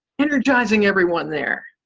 energizing everyone there.